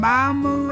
Mama